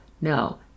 no